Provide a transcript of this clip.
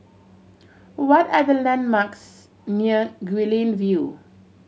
what are the landmarks near Guilin View